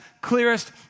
clearest